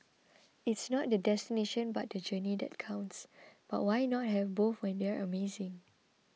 it's not the destination but the journey that counts but why not have both when they're amazing